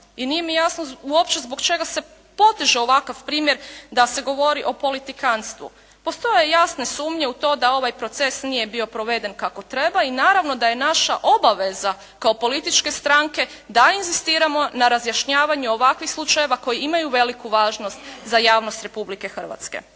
i nije mi jasno uopće zbog čega se poteže ovakav primjer da se govori o politikantstvu. Postoje jasne sumnje u to da ovaj proces nije bio proveden kako treba i naravno da je naša obaveza kao političke stranke da inzistiramo na razjašnjavanju ovakvih slučajeva koji imaju veliku važnost za javnost Republike Hrvatske.